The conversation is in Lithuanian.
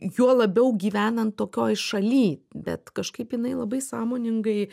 juo labiau gyvenant tokioj šaly bet kažkaip jinai labai sąmoningai